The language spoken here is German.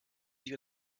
sich